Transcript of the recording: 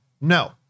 No